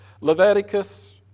Leviticus